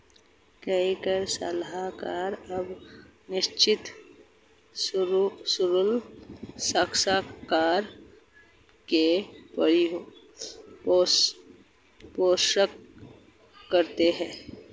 कई कर सलाहकार अब निश्चित शुल्क साक्षात्कार की पेशकश करते हैं